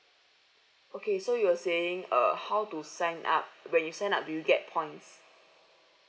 okay so you were saying uh how to sign up when you sign up do you get points